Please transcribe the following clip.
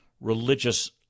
religious